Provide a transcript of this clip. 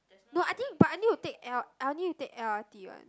no I think but I need to take L I need to take L_R_T one